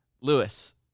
Lewis